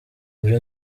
buri